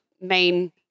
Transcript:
main